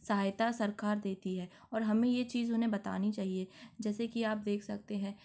सहायता सरकार देती है और हमें ये चीज उन्हें बतानी चाहिए जैसे कि आप देख सकते हैं